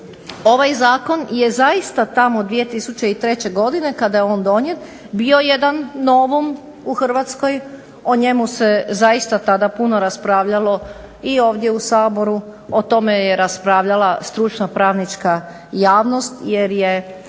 Ovaj zakon je zaista tamo 2003. godine kada je on donijet bio jedan novum u Hrvatskoj, o njemu se zaista tada puno raspravljalo i ovdje u Saboru, o tome je raspravljala stručna pravnička javnost jer svima